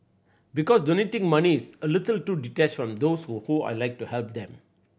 because donating money is a little too detached on those who whom I'd like to help them